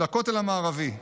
לכותל המערבי.